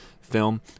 film